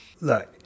Look